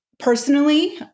Personally